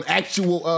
actual